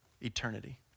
eternity